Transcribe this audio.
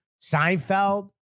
Seinfeld